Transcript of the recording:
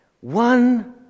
One